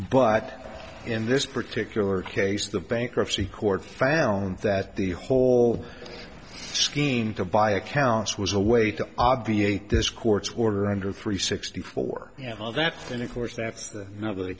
but in this particular case the bankruptcy court found that the whole scheme to buy accounts was a way to obviate this court's order under three sixty four and all that and of course that's not